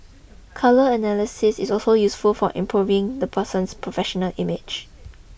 colour analysis is also useful for improving the person's professional image